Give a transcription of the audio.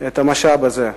את המשאב הזה.